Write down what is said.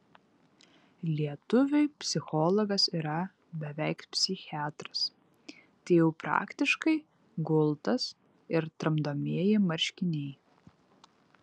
lietuviui psichologas yra beveik psichiatras tai jau praktiškai gultas ir tramdomieji marškiniai